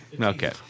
Okay